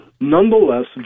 nonetheless